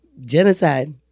Genocide